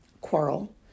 quarrel